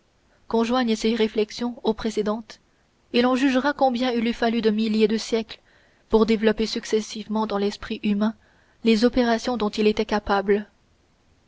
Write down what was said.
qu'on joigne ces réflexions aux précédentes et l'on jugera combien il eût fallu de milliers de siècles pour développer successivement dans l'esprit humain les opérations dont il était capable